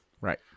right